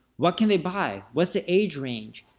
what can they buy? what's the age range?